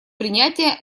принятия